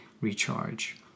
recharge